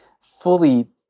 fully